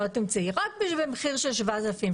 רק במחיר של 7,000,